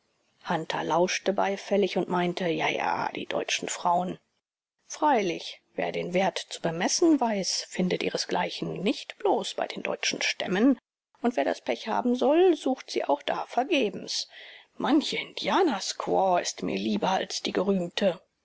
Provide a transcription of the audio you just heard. hunter lauschte beifällig und meinte ja ja die deutschen frauen freilich wer den wert zu bemessen weiß findet ihresgleichen nicht bloß bei den deutschen stämmen und wer das pech haben soll sucht sie auch da vergebens manche indianersquaw ist mir lieber als die gerühmte